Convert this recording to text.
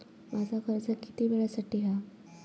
माझा कर्ज किती वेळासाठी हा?